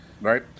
right